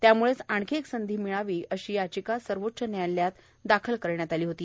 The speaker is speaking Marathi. त्याम्ळेच आणखी एक संधी मिळावी अशी याचिका सर्वोच्च न्यायालयात दाखल करण्यात आली होती